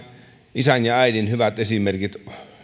isän ja äidin hyvät esimerkit